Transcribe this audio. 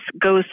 goes